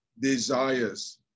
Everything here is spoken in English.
desires